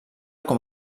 com